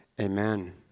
Amen